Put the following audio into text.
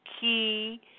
key